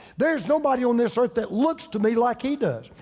there's nobody on this earth that looks to me like he does.